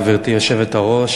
גברתי היושבת-ראש,